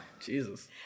Jesus